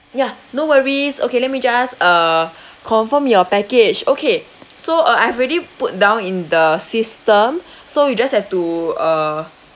ya no worries okay let me just uh confirm your package okay so uh I've already put down in the system so you just have to uh